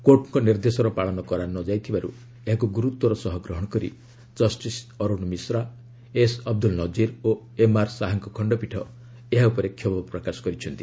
କୋର୍ଟଙ୍କ ନିର୍ଦ୍ଦେଶର ପାଳନ କରାଯାଇ ନ ଥିବାରୁ ଏହାକୁ ଗୁରୁତର ସହ ଗ୍ରହଣ କରି ଜଷ୍ଟିସ ଅରୁଣ ମିଶ୍ରା ଏସ୍ ଅବଦୁଲ ନଳିର ଓ ଏମ୍ଆର୍ ଶାହାଙ୍କ ଖଣ୍ଡପୀଠ ଏହା ଉପରେ କ୍ଷୋଭ ପ୍ରକାଶ କରିଛନ୍ତି